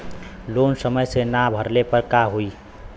Loan समय से ना भरले पर का होयी?